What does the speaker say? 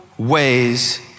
Ways